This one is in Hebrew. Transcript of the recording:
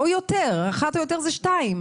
זה שתיים לפחות.